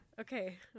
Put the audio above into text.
Okay